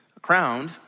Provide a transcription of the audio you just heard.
crowned